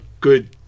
good